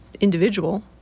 individual